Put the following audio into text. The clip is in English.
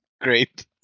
Great